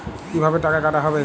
কিভাবে টাকা কাটা হবে?